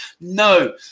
No